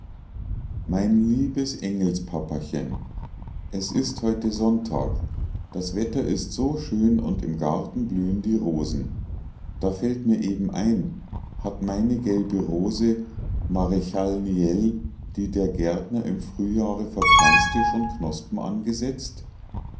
mein liebes engelspapachen es ist heute sonntag das wetter ist so schön und im garten blühen die rosen da fällt mir eben ein hat meine gelbe rose marchal niel die der gärtner im frühjahre verpflanzte schon knospen angesetzt